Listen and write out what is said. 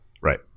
right